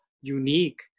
unique